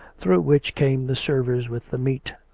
through which came the servers with the meat.